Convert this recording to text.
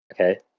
okay